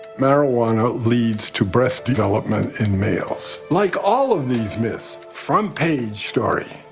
marijuana leads to breast development in males. like all of these myths, front page story!